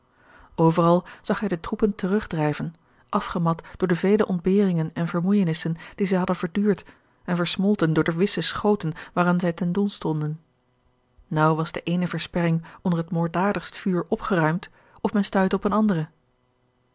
overal zag hij de troepen terugdrijven afgemat door de vele ontberingen en vermoeijenissen die zij hadden verduurd en versmolten door de wisse schoten waaraan zij ten doel stonden naauw was de eene versperring onder het moorddadigst vuur opgeruimd of men stuitte op eene andere